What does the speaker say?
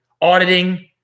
auditing